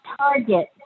target